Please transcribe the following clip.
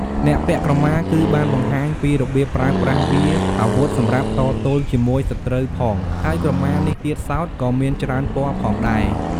អ្នកពាក់ក្រមាគឺបានបង្ហាញពីរបៀបប្រើប្រាស់វាអាវុធសម្រាប់តទល់ជាមួយសត្រូវផង ហើយក្រមានេះទៀតសោតក៏មានច្រើនពណ៌ផងដែរ។